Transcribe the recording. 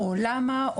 למה,